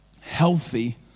healthy